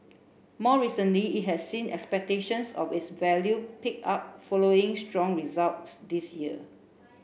more recently it has seen expectations of its value pick up following strong results this year